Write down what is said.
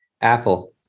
Apple